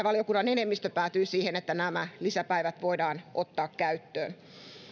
valiokunnan enemmistö päätyi siihen että nämä lisäpäivät voidaan ottaa käyttöön